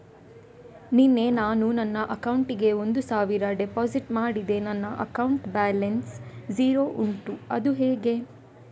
ನಿನ್ನೆ ನಾನು ನನ್ನ ಅಕೌಂಟಿಗೆ ಒಂದು ಸಾವಿರ ಡೆಪೋಸಿಟ್ ಮಾಡಿದೆ ನನ್ನ ಅಕೌಂಟ್ ಬ್ಯಾಲೆನ್ಸ್ ಝೀರೋ ಉಂಟು ಅದು ಹೇಗೆ?